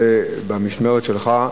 ובמשמרת שלך.